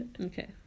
Okay